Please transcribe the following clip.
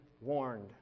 warned